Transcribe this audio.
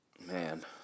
man